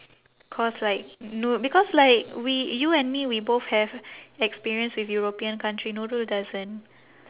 cause like nu~ because like we you and me we both have experience with european country nurul doesn't